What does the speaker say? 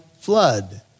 flood